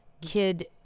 kid